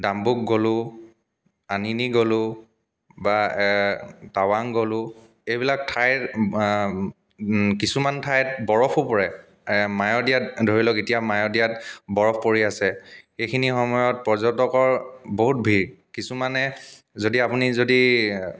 ডাম্বুক গ'লোঁ আনিনি গ'লোঁ বা টাৱাং গ'লোঁ এইবিলাক ঠাইৰ কিছুমান ঠাইত বৰফো পৰে মায়'দিয়াত এতিয়া ধৰি লওক মায়'দিয়াত বৰফ পৰি আছে এইখিনি সময়ত পৰ্যটকৰ বহুত ভিৰ কিছুমানে যদি আপুনি যদি